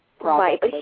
Right